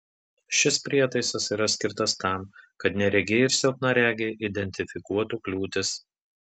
šis prietaisas yra skirtas tam kad neregiai ir silpnaregiai identifikuotų kliūtis